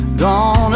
gone